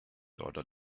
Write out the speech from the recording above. order